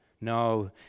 No